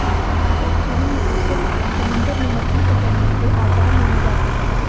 estuarine मत्स्य पालन समुंदर में मछली पकड़ने से आसान माना जाता है